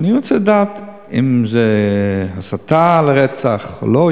כי אני רוצה לדעת אם זה הסתה לרצח או לא,